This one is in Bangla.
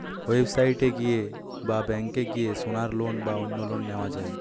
ওয়েবসাইট এ গিয়ে বা ব্যাংকে গিয়ে সোনার লোন বা অন্য লোন নেওয়া যায়